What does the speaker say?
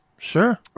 sure